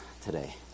today